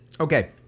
Okay